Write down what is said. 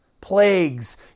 plagues